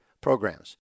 programs